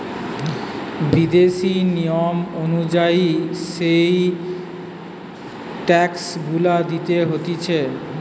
বিদেশি নিয়ম অনুযায়ী যেই ট্যাক্স গুলা দিতে হতিছে